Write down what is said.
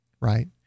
Right